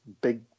big